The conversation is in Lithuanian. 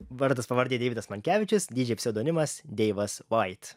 vardas pavardė deividas mankevičius dydžėj pseudonimas deivas vait